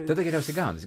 tada geriausiai gaunasi